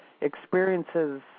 experiences